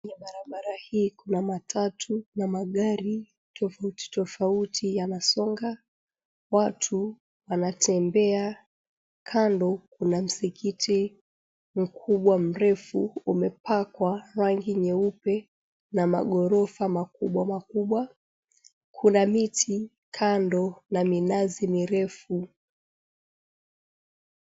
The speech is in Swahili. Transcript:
Kwenye barabara hii, kuna matatu na magari tofauti tofauti yanasonga. Watu wanatembea, kando kuna msikiti mkubwa, mrefu umepakwa rangi nyeupe, na magorofa makubwa makubwa. Kuna miti kando na minazi mirefu.